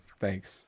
Thanks